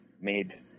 made